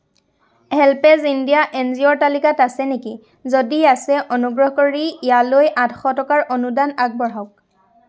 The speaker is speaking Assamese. হেল্পএজ ইণ্ডিয়া এন জি অ'ৰ তালিকাত আছে নেকি যদি আছে অনুগ্ৰহ কৰি ইয়ালৈ আঠ শ টকাৰ অনুদান আগবঢ়াওক